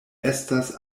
estas